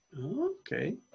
Okay